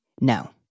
No